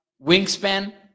wingspan